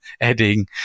adding